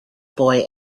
boy